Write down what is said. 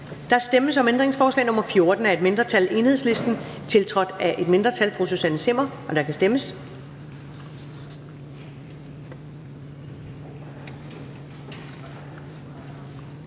Der stemmes om ændringsforslag nr. 14 af et mindretal (EL), tiltrådt af et mindretal (Susanne Zimmer (UFG)), og der kan stemmes.